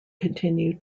continue